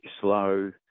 slow